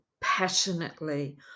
passionately